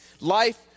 life